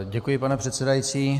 Děkuji, pane předsedající.